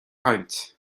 caint